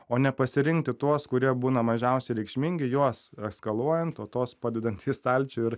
o ne pasirinkti tuos kurie būna mažiausiai reikšmingi juos eskaluojant o tos padedant į stalčių ir